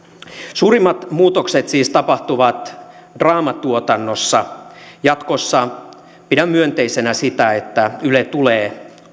suurimmat muutokset siis tapahtuvat draamatuotannossa jatkossa pidän myönteisenä sitä että yle tulee